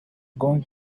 going